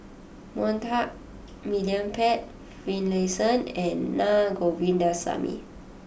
Monta William Pett Finlayson and Na Govindasamy